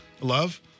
love